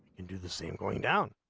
and do the same going down